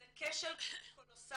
זה כשל קולוסאלי